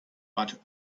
but